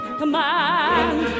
command